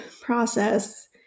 process